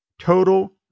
total